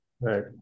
right